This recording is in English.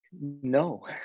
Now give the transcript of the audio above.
No